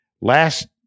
last